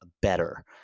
better